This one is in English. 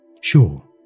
Sure